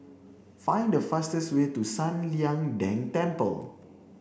find the fastest way to San Lian Deng Temple